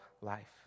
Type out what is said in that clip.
life